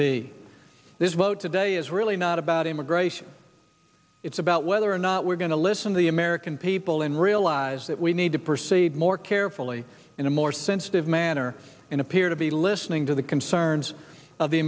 be this vote today is really not about immigration it's about whether or not we're going to listen to the american people and realize that we need to proceed more carefully in a more sensitive manner and appear to be listening to the concerns of the